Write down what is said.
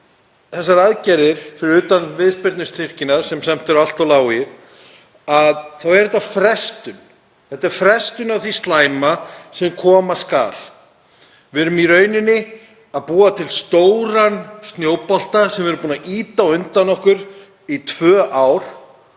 þessar aðgerðir, fyrir utan viðspyrnustyrkina sem samt eru allt of lágir, út eins og frestun. Þetta er frestun á því slæma sem koma skal. Við erum í rauninni að búa til stóran snjóbolta sem við erum búin að ýta á undan okkur í tvö ár